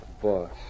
Boss